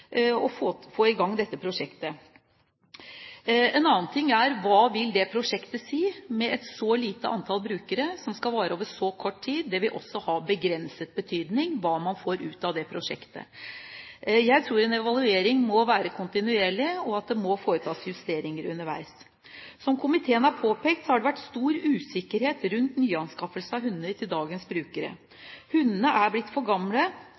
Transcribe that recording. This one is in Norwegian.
å få i gang dette prosjektet. En annen ting er hva prosjektet vil ha å si, med et så lite antall brukere over så kort tid. Det vil også ha begrenset betydning hva man får ut av det prosjektet. Jeg tror at det må evalueres kontinuerlig, og at det må foretas justeringer underveis. Som komiteen har påpekt, har det vært stor usikkerhet rundt nyanskaffelser av hunder til dagens brukere. Hundene er blitt for gamle,